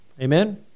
Amen